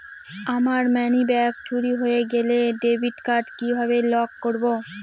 আমার মানিব্যাগ চুরি হয়ে গেলে ডেবিট কার্ড কিভাবে লক করব?